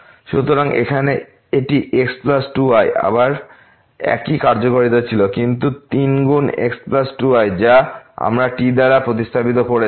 সুতরাং এখানে এটি x প্লাস 2 y এবং আবার একই কার্যকারিতা ছিল কিন্তু 3 গুণ x প্লাস 2 y যা আমরা t দ্বারা প্রতিস্থাপিত করেছি